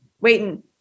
waiting